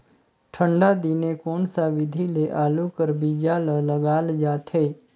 ठंडा दिने कोन सा विधि ले आलू कर बीजा ल लगाल जाथे?